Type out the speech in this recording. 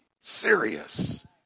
serious